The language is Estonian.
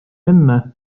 enne